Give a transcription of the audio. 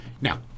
Now